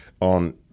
on